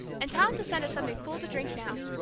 and tell him to send us something cool to drink now.